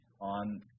on